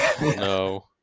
No